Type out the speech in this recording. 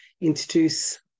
introduce